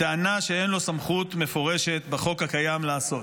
בטענה שאין לו סמכות מפורשת בחוק הקיים לעשות